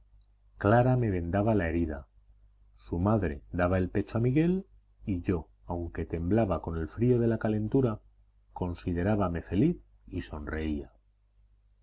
clara me vendaba la herida su madre daba el pecho a miguel y yo aunque temblaba con el frío de la calentura considerábame feliz y sonreía